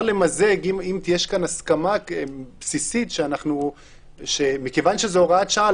למזג אם יש כאן הסכמה בסיסית שמכיוון שזו הוראת שעה,